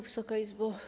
Wysoka Izbo!